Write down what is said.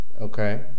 Okay